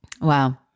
Wow